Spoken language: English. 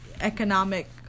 economic